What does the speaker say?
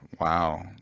Wow